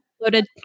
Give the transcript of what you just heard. Loaded